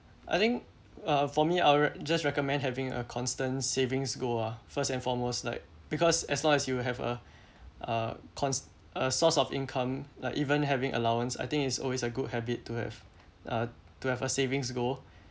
I think uh for me I'll just recommend having a constant savings goal ah first and foremost like because as long as you have a uh cons~ uh source of income like even having allowance I think it's always a good habit to have uh to have a savings goal